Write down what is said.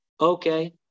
okay